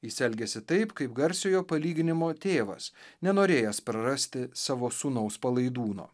jis elgiasi taip kaip garsiojo palyginimo tėvas nenorėjęs prarasti savo sūnaus palaidūno